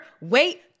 Wait